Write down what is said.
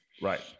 Right